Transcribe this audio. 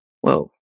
whoa